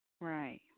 Right